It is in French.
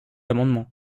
amendement